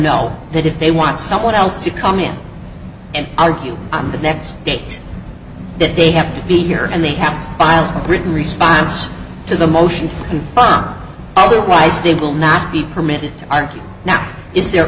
know that if they want someone else to come in and argue on the next date that they have to be here and they have filed a written response to the motion but otherwise they will not be permitted and now is there